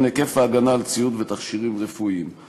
כאלה שמשתכרים 5,300 שקל או 5,200 שקל,